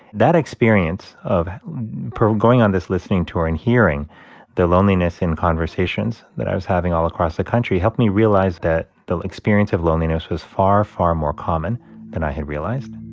that experience of going on this listening tour and hearing the loneliness in conversations that i was having all across the country helped me realize that the experience of loneliness was far, far more common than i had realized